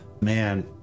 man